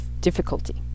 difficulty